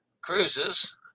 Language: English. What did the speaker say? Cruises